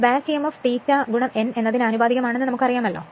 ഇപ്പോൾ back Emf ∅ n ന് ആനുപാതികമാണെന്ന് നമുക്കറിയാം